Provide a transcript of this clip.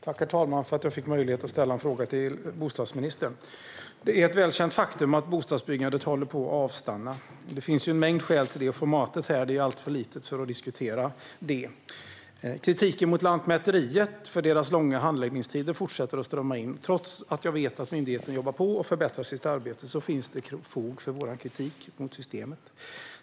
Herr talman! Tack för att jag får möjlighet ställa en fråga till bostadsministern! Det är ett välkänt faktum att bostadsbyggandet håller på att avstanna. Det finns en mängd skäl till detta, men formatet här är alltför litet för att diskutera det. Kritiken mot Lantmäteriet och de långa handläggningstiderna fortsätter att strömma in. Trots att jag vet att myndigheten jobbar på och förbättrar sitt arbete finns det fog för kritiken mot systemet.